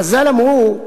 חז"ל אמרו,